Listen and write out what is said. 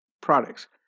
Products